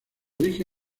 dije